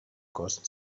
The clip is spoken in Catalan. cos